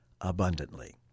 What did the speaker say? abundantly